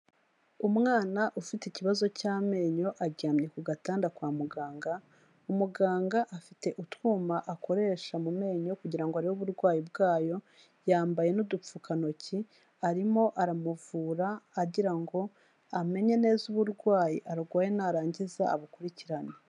Umwana ufite ikibazo cy'amenyo, aryamye ku gatanda kwa muganga, umuganga afite utwuma akoresha mu menyo, kugira ngo arebe uburwayi bwayo, yambaye n'udupfukantoki, arimo aramuvura agira ngo amenye neza uburwayi arwaye, narangiza abukurikirane.